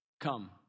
Come